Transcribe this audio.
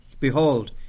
Behold